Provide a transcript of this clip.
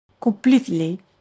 completely